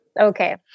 okay